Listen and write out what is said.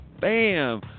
bam